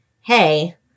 hey